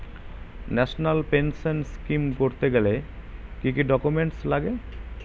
National pension scheme করতে গেলে কি কি ডকুমেন্ট লাগে?